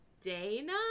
Dana